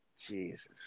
Jesus